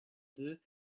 deux